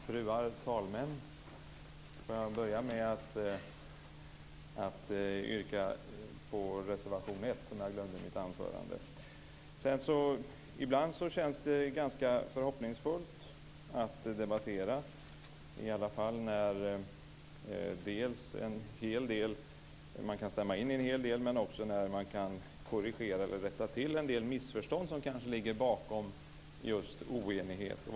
Fru talman! Jag vill börja med att yrka bifall till reservation 1, vilket jag glömde att göra i mitt anförande. Ibland känns det ganska förhoppningsfullt att debattera, i alla fall när man kan stämma in i en hel del men också när man kan rätta till en del missförstånd som kanske ligger bakom just oenighet. Fru talman!